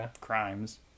crimes